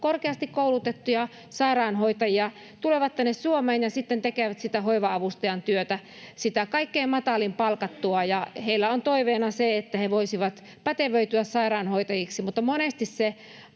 korkeasti koulutettuja sairaanhoitajia, tulevat tänne Suomeen ja sitten tekevät sitä hoiva-avustajan työtä, sitä kaikkein matalimmin palkattua. Heillä on toiveena se, että he voisivat pätevöityä sairaanhoitajiksi, mutta monesti se